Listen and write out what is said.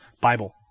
Bible